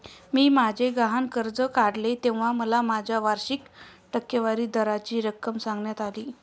मी माझे गहाण कर्ज काढले तेव्हा मला माझ्या वार्षिक टक्केवारी दराची रक्कम सांगण्यात आली